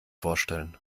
vorstellen